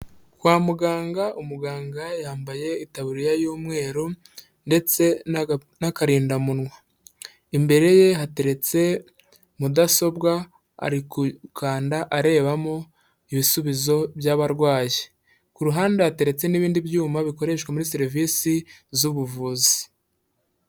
Kwa muganga. Umuganga yambaye itaburiya y'umweru ndetse n'akarindamunwa, imbere ye hateretse mudasobwa ari gukanda arebamo ibisubizo by'abarwayi, ku ruhande hateretse n'ibindi byuma bikoreshwa muri serivisi z'ubuvuzi.